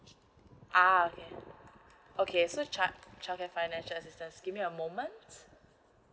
ah okay okay so charted financial assistance give me a moment